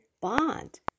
bond